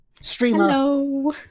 streamer